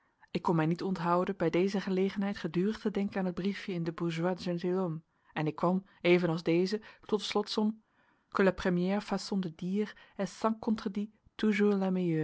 ik kon mij niet onthouden bij deze gelegenheid gedurig te denken aan het briefje in den bourgeois gentilhomme en ik kwam evenals deze tot de slotsom que la